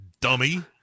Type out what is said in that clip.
Dummy